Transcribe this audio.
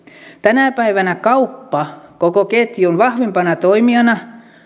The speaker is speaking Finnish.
tänä päivänä kauppa koko ketjun vahvimpana toimijana